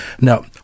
Now